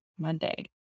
Monday